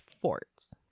forts